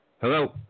Hello